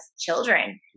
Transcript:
children